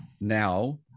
now